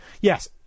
Yes